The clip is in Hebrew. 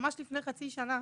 ממש לפני חצי שנה,